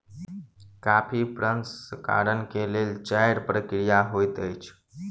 coffee प्रसंस्करण के लेल चाइर प्रक्रिया होइत अछि